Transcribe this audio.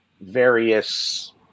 various